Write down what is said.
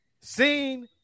seen